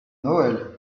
noël